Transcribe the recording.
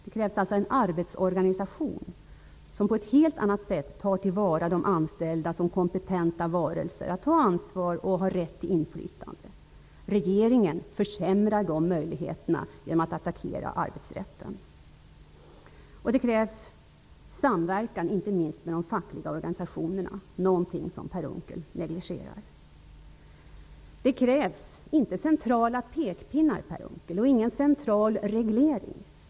Det krävs alltså en arbetsorganisation som på ett helt annat sätt tar till vara de anställdas kompetens, så att de får ta ansvar och får rätt till inflytande. Regeringen försämrar dessa möjligheter när arbetsrätten attackeras. Det krävs samverkan, inte minst med de fackliga organisationerna, något som Per Unckel negligerar. Det krävs inte centrala pekpinnar, Per Unckel, och ingen central reglering.